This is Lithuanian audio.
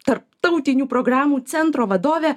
tarptautinių programų centro vadovę